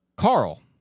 Carl